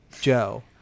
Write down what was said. Joe